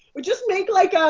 or just make like a,